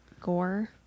gore